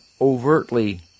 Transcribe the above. Overtly